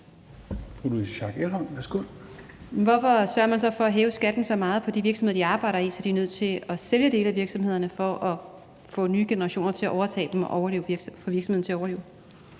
hvorfor sørger man så for at hæve skatten så meget for de virksomheder, de arbejder i, at de er nødt til at sælge dele af virksomheden for at få nye generationer til at overtage dem og få virksomheden til at overleve?